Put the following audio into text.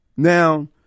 Now